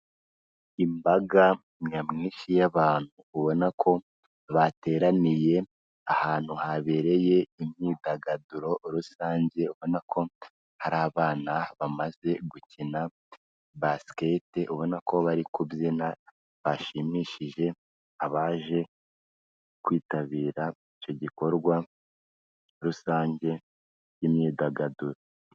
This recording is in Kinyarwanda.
Imbaga nyamwinshi y'abantu ubona ko bateraniye ahantu habereye imyidagaduro rusange, ubona ko hari abana bamaze gukina Basket, ubona ko bari kubyina bashimishije abaje kwitabira icyo gikorwa rusange cy'imyidagaduro.